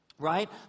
Right